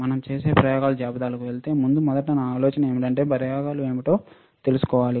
మనం చేసే ప్రయోగాల జాబితాకు వెళ్ళే ముందు మొదట నా ఆలోచన ఏమిటంటే పరికరాలు ఏమిటో మీరు తెలుసుకోవాలి